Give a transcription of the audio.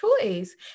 choice